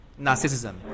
narcissism